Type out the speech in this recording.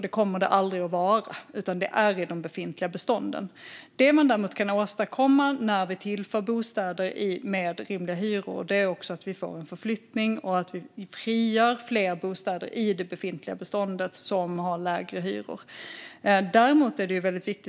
Det kommer de aldrig att göra, utan de finns i de befintliga bestånden. Det som däremot kan åstadkommas när vi tillför bostäder med rimliga hyror är att vi får en förflyttning och att vi frigör fler bostäder i det befintliga beståndet, som har lägre hyror.